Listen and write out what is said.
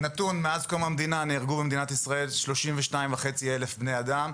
נתון: מאז קום המדינה נהרגו במדינת ישראל 32.5 אלף בני אדם.